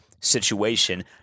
situation